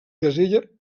casella